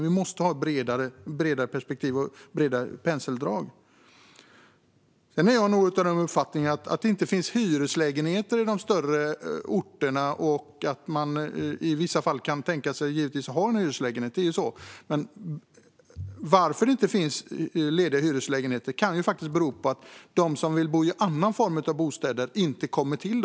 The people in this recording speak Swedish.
Vi måste ha ett bredare perspektiv och måla med bredare penseldrag. När det sedan gäller att det inte finns hyreslägenheter i de större orterna - och att människor i vissa fall givetvis kan tänka sig att ha en hyreslägenhet - är jag nog av uppfattningen att anledningen till att det inte finns lediga hyreslägenheter faktiskt kan vara att de som vill bo i en annan form av bostäder inte kommer till.